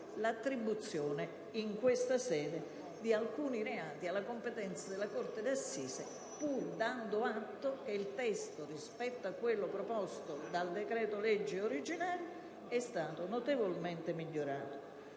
l'attribuzione in questa sede di alcuni reati alla competenza della suddetta corte, pur dando atto che il testo, rispetto a quello proposto dal decreto-legge originario, è stato notevolmente migliorato.